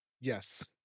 Yes